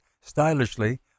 stylishly